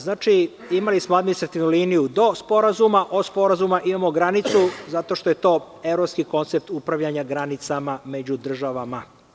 Znači, imali smo administrativnu liniju do Sporazuma, od Sporazuma imamo granicu zato što je to evropski koncept upravljanja granicama među državama.